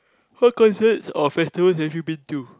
what concerts or festivals have you been to